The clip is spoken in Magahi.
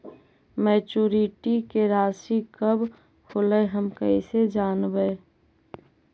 मैच्यूरिटी के रासि कब होलै हम कैसे जानबै?